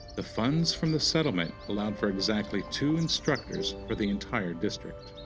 the funds from the settlement allowed for exactly two instructors for the entire district.